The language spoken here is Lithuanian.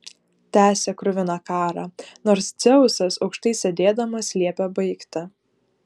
tęsė kruviną karą nors dzeusas aukštai sėdėdamas liepė baigti